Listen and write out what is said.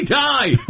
die